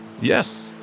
Yes